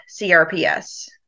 CRPS